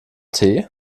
tee